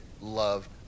love